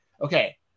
okay